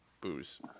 booze